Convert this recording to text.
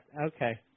Okay